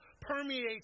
permeates